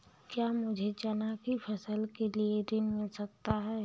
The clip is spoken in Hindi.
क्या मुझे चना की फसल के लिए ऋण मिल सकता है?